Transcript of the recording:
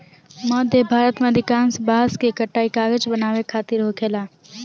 मध्य भारत में अधिकांश बांस के कटाई कागज बनावे खातिर होखेला